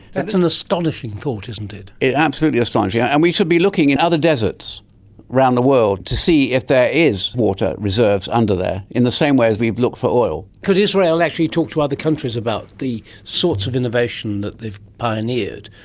that's an astonishing thought, isn't it. absolutely astonishing. yeah and we should be looking in other deserts around the world to see if there is water reserves under there, in the same way as we have looked for oil. could israel actually talk to other countries about the sorts of innovation that they've pioneered,